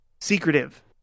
secretive